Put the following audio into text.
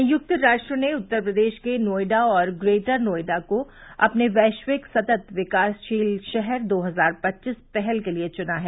संयुक्त राष्ट्र ने उत्तर प्रदेश के नोएडा और ग्रेटर नोएडा को अपने वैश्विक सतत विकासशील शहर दो हजार पच्चीस पहल के लिए चुना है